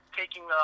taking